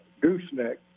gooseneck